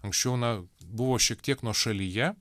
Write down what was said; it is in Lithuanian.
anksčiau na buvo šiek tiek nuošalyje